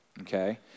okay